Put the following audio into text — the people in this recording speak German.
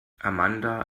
amanda